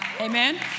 amen